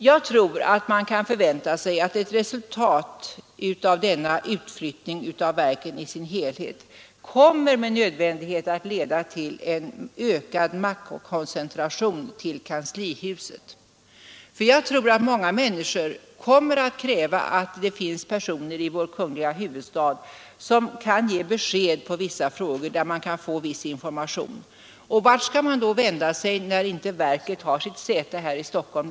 Jag tror man kan förvänta sig att denna utflyttning av verken i sin helhet med nödvändighet leder till en ökad maktkoncentration till kanslihuset. Många människor kommer att kräva att det finns personer i vår kungl. huvudstad som kan lämna information och ge besked i vissa frågor. Vart skall de då vända sig när inte verken har sitt säte här i Stockholm?